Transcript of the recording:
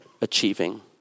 achieving